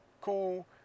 Cool